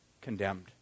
condemned